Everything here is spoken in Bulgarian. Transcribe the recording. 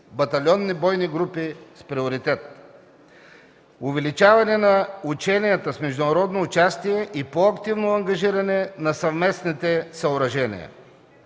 батальонни бойни групи с приоритет; - увеличаване на ученията с международно участие и по-активно ангажиране на съвместните съоръжения;